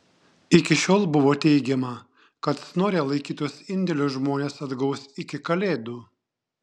iki šiol buvo teigiama kad snore laikytus indėlius žmonės atgaus iki kalėdų